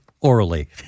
orally